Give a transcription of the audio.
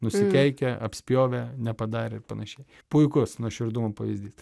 nusikeikia apspjovė nepadarė ir panašiai puikus nuoširdumo pavyzdys